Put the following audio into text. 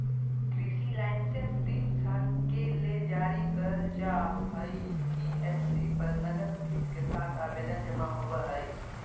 कृषि लाइसेंस तीन साल के ले जारी करल जा हई सी.एस.सी पर नगद फीस के साथ आवेदन जमा होवई हई